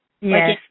Yes